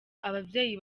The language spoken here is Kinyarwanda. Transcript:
ababyeyi